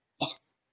Yes